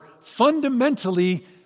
fundamentally